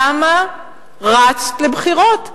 למה רצת לבחירות?